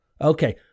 Okay